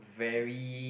very